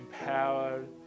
empowered